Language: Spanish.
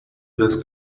las